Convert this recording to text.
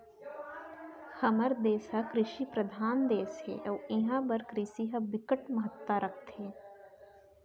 हमर देस ह कृषि परधान देस हे अउ इहां बर कृषि ह बिकट महत्ता राखथे